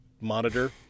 monitor